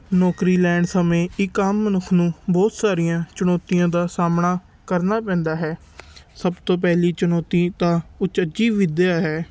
ਨੌਕਰੀ ਲੈਣ ਸਮੇਂ ਇੱਕ ਆਮ ਮਨੁੱਖ ਨੂੰ ਬਹੁਤ ਸਾਰੀਆਂ ਚੁਣੌਤੀਆਂ ਦਾ ਸਾਹਮਣਾ ਕਰਨਾ ਪੈਂਦਾ ਹੈ ਸਭ ਤੋਂ ਪਹਿਲੀ ਚੁਣੌਤੀ ਤਾਂ ਉਚੱਜੀ ਵਿੱਦਿਆ ਹੈ